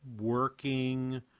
working